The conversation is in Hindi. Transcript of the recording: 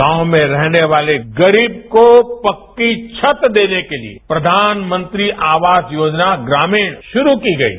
गांव में रहने वाले गरीब को पक्की छत देने के लिए प्रषानमंत्री आवास योजना ग्रामीण शुरू की गई है